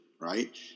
right